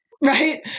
right